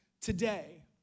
today